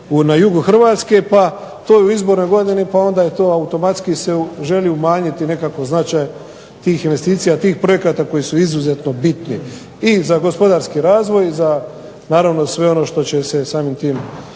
na jugu Hrvatske, pa to je u izbornoj godini, pa se automatski želi umanjiti nekako značaj tih investicija, tih projekata koji su izuzetno bitni i za gospodarski razvoj i za naravno sve ono što će se samim tim